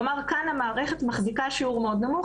כלומר, כאן המערכת מחזיקה שיעור מאוד נמוך.